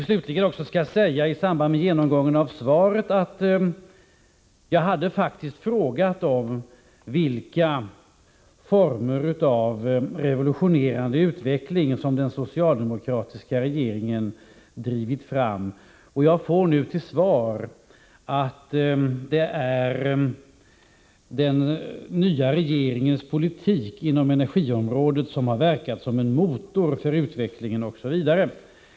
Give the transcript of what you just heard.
Slutligen kanske jag också i samband med genomgången av svaret får säga att jag faktiskt hade frågat om vilka former av revolutionerande utveckling som den socialdemokratiska regeringen drivit fram. Jag får nu till svar att det är den nya regeringens politik inom energiområdet som har verkat som en motor för utvecklingen osv.